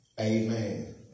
Amen